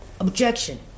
Objection